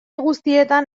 guztietan